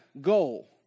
goal